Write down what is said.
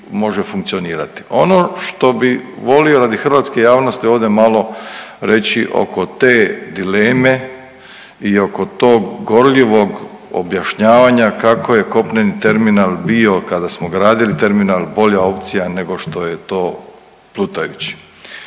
Ono što bih volio radi hrvatske javnosti ovdje malo reći oko te dileme i oko tog gorljivog objašnjavanja kako je kopneni terminal bio kada smo gradili terminal bolja opcija nego što je to plutajući.